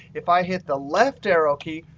if i hit the left arrow key,